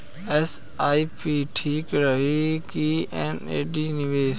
SIP ठीक रही कि एन.सी.डी निवेश?